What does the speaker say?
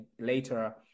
later